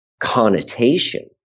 connotation